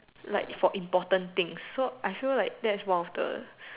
like for important things so I feel like that is one of the